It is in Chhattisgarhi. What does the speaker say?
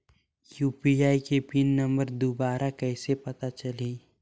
यू.पी.आई के पिन नम्बर दुबारा कइसे पता चलही?